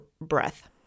breath